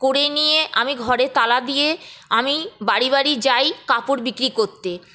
করে নিয়ে আমি ঘরে তালা দিয়ে আমি বাড়ি বাড়ি যাই কাপড় বিক্রি করতে